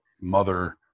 mother